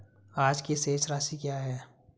आज की शेष राशि क्या है?